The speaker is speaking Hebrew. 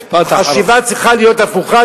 החשיבה צריכה להיות הפוכה,